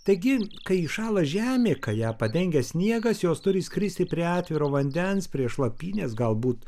taigi kai įšąla žemė kai ją padengia sniegas jos turi skristi prie atviro vandens prie šlapynės galbūt